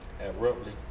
abruptly